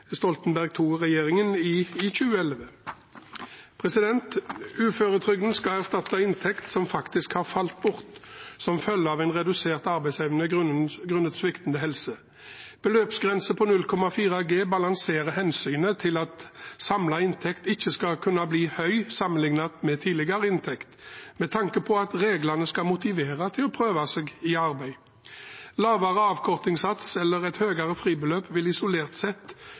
Stoltenberg II-regjeringen i 2011. Uføretrygden skal erstatte inntekt som faktisk har falt bort, som følge av en redusert arbeidsevne grunnet sviktende helse. En beløpsgrense på 0,4G balanserer hensynet til at samlet inntekt ikke skal kunne bli høy sammenlignet med tidligere inntekt, med tanke på at reglene skal motivere til å prøve seg i arbeid. Lavere avkortningssats eller et høyere fribeløp vil isolert sett